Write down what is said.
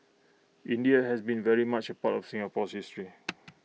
India has been very much A part of Singapore's history